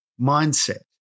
mindset